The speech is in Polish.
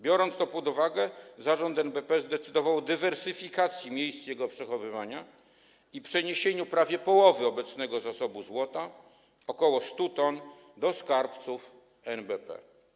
Biorąc to pod uwagę, zarząd NBP zdecydował o dywersyfikacji miejsc jego przechowywania i przeniesieniu prawie połowy obecnego zasobu złota, tj. ok. 100 t, do skarbców NBP.